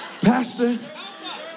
Pastor